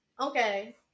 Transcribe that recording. Okay